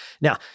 Now